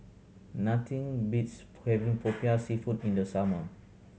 nothing beats having Popiah Seafood in the summer